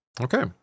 Okay